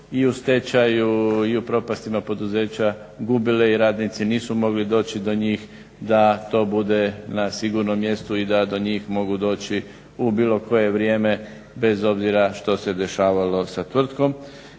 i u stečaju i u propastima poduzeća gubile i radnici nisu mogli doći do njih da to bude na sigurnom mjestu i da do njih mogu doći u bilo koje vrijeme bez obzira što se dešavalo sa tvrtkom.